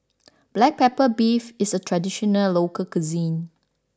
Black Pepper Beef is a traditional local cuisine